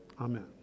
Amen